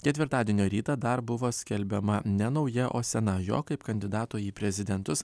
ketvirtadienio rytą dar buvo skelbiama ne nauja o sena jo kaip kandidato į prezidentus